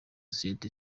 société